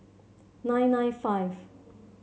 nine nine five